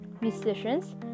musicians